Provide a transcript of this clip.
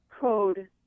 code